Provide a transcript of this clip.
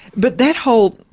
but that whole.